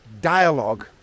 dialogue